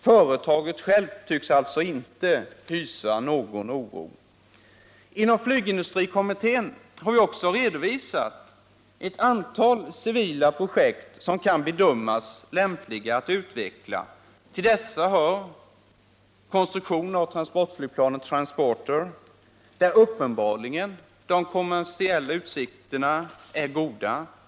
Saab självt tycks alltså inte hysa någon oro. Inom flygindustrikommittén har vi också redovisat ett antal civila projekt som kan bedömas lämpliga att utveckla. Till dessa hör konstruktion av transportflygplanet ”Transporter”, där de kommersiella utsikterna uppenbarligen är goda.